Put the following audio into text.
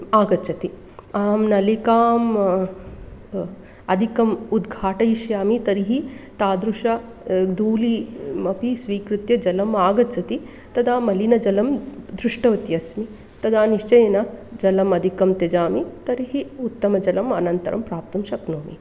आगच्छति अहं नलिकां अधिकम् उद्घाटयिष्यामि तर्हि तादृश धूलिमपि स्वीकृत्य जलम् आगच्छति तदा मलिनजलं दृष्टवती अस्मि तदा निश्चयेन जलमधिकं त्यजामि तर्हि उत्तमजलम् अनन्तरं प्राप्तुं शक्नोमि